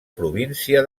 província